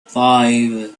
five